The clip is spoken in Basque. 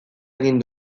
egin